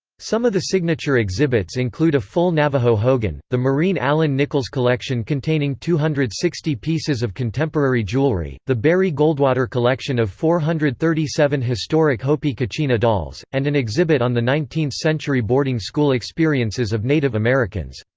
some of the signature exhibits include a full navajo hogan, the mareen allen nichols collection containing two hundred and sixty pieces of contemporary jewelry, the barry goldwater collection of four hundred and thirty seven historic hopi kachina dolls, and an exhibit on the nineteenth century boarding school experiences of native americans.